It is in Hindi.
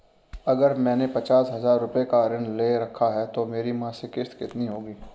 अगर मैंने पचास हज़ार रूपये का ऋण ले रखा है तो मेरी मासिक किश्त कितनी होगी?